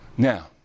Now